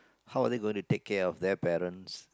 how are they gonna take care of their parents